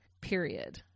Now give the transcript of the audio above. Period